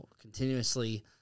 continuously